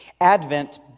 Advent